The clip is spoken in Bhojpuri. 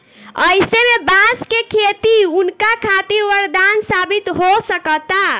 अईसे में बांस के खेती उनका खातिर वरदान साबित हो सकता